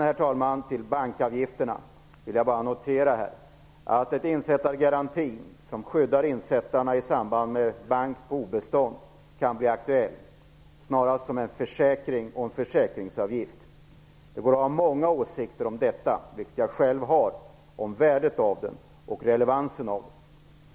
Med anledning av det som sades om bankavgifterna vill jag notera att en insättargaranti som skyddar insättarna i samband med bank på obestånd kan bli aktuell snarare som en försäkring och försäkringsavgift. Det går att ha många åsikter om dess värde och relevans, vilket jag själv har.